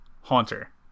Haunter